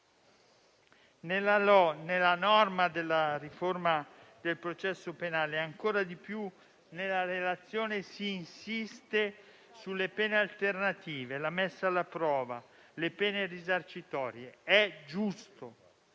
Nella norma della riforma del processo penale e, ancora di più, nella relazione si insiste sulle pene alternative, sulla messa alla prova, sulle pene risarcitorie. È giusto.